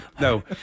no